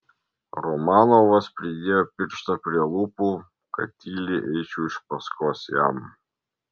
romanovas pridėjo pirštą prie lūpų kad tyliai eičiau iš paskos jam